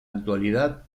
actualidad